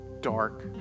dark